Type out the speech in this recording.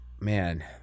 man